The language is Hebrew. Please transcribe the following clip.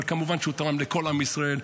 כמובן שהוא תרם לכל עם ישראל.